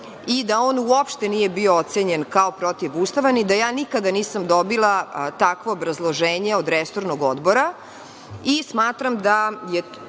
i da on uopšte nije bio ocenjen kao protivustavan i da nikada nisam dobila takvo obrazloženje od resornog odbora. Smatram da je